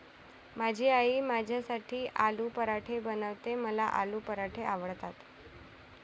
माझी आई माझ्यासाठी आलू पराठे बनवते, मला आलू पराठे आवडतात